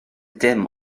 dim